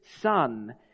Son